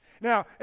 Now